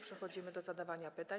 Przechodzimy do zadawania pytań.